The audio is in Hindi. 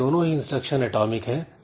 यह दोनों ही इंस्ट्रक्शन एटॉमिक है